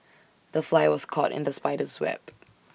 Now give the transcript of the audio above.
the fly was caught in the spider's web